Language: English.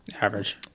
Average